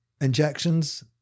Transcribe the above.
injections